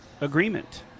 agreement